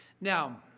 Now